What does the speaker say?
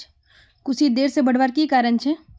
कुशी देर से बढ़वार की कारण छे?